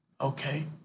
okay